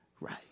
right